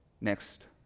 next